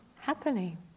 happening